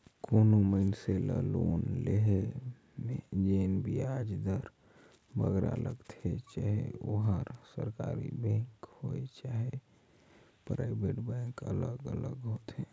कोनो मइनसे ल लोन लोहे में जेन बियाज दर बगरा लगथे चहे ओहर सरकारी बेंक होए चहे पराइबेट बेंक अलग अलग होथे